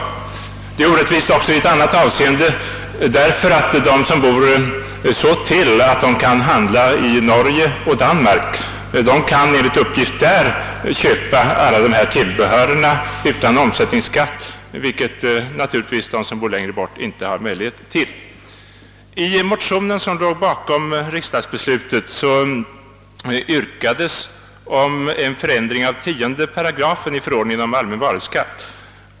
Systemet är orättvist också i ett annat avseende, nämligen att de, som bor så att de kan handla i Norge eller Danmark, enligt uppgift där kan köpa alla tillbehör utan omsättningsskatt. Det kan givetvis inte de göra som bor längre bort. I den motion som låg bakom riksdagsbeslutet 1965 yrkades på en förändring av 10 8 i förordningen om allmän varuskatt.